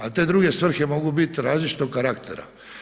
A te druge svrhe mogu biti različitog karaktera.